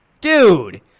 Dude